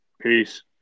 Peace